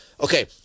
okay